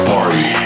Party